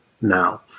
now